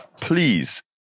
please